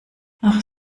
ach